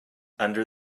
under